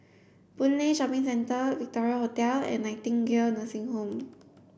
Boon Lay Shopping Centre Victoria Hotel and Nightingale Nursing Home